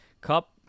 Cup